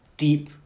deep